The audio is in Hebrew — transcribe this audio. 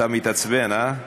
אתה מתעצבן, אה?